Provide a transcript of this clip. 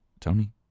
Tony